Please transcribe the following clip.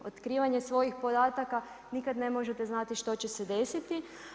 Otkrivanje svojih podataka nikad ne možete znati što će se desiti.